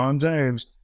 James